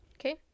Okay